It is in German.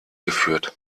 geführt